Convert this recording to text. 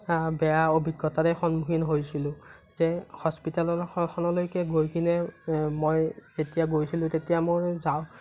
বেয়া অভিজ্ঞতাৰে সন্মুখীন হৈছিলোঁ যে হস্পিতেলৰ লৈকে গৈকিনে মই যেতিয়া গৈছিলোঁ তেতিয়া মই যাওঁ